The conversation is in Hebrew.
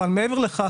אבל מעבר לכך,